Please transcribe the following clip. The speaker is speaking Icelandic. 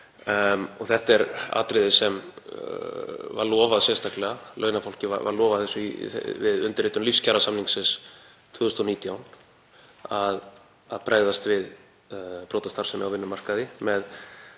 þetta er atriði sem var lofað sérstaklega, launafólki var lofað því við undirritun lífskjarasamningsins 2019 að brugðist yrði við brotastarfsemi á vinnumarkaði með